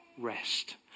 rest